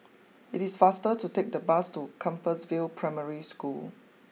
it is faster to take the bus to Compassvale Primary School